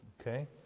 Okay